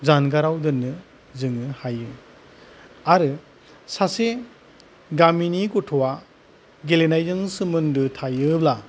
जानगाराव दोननो जोङो हायो आरो सासे गामिनि गथ'आ गेलेनायजों सोमोन्दो थायोब्ला